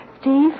Steve